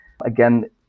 Again